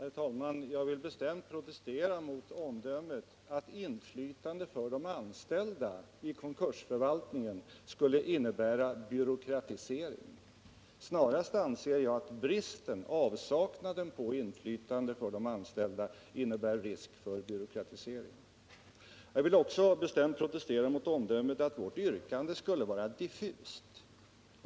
Herr talman! Jag vill bestämt protestera mot omdömet att inflytande för de anställda i konkursförvaltningen skulle innebära byråkratisering. Snarare är det avsaknaden av inflytande för de anställda som innebär risk för byråkratisering. Jag vill också bestämt protestera mot omdömet att vårt yrkande skulle vara diffust.